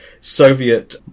Soviet